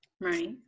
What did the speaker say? Right